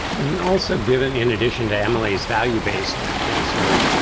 and also given in addition to amylase value-based answer,